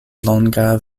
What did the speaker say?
longa